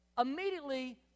immediately